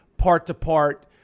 part-to-part